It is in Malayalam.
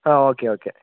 ആ ഓക്കെ ഓക്കെ